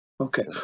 Okay